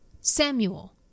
Samuel